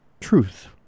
truth